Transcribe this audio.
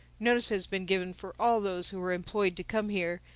notice has been given for all those who were employed to come here,